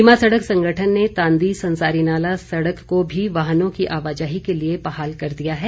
सीमा सड़क संगठन ने तांदी संसारी नाला सड़क को भी वाहनों की आवाजाही के लिए बहाल कर दिया है